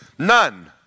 None